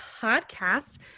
Podcast